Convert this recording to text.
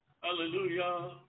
hallelujah